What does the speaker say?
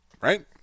right